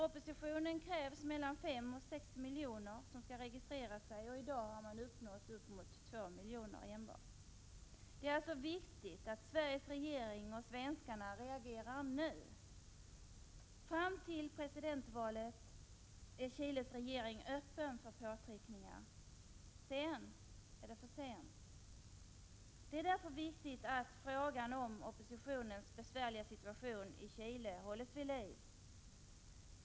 Oppositionen kräver att mellan fem och sex miljoner skall registrera sig. I dag har man nått enbart ungefär två miljoner. Det är alltså viktigt att Sveriges regering och svenskarna reagerar nu. Fram till presidentvalet är Chiles regering öppen för påtryckningar. Sedan är det för sent. Det är därför viktigt att frågan om oppositionens besvärliga situation i Chile hålls vid liv.